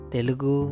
Telugu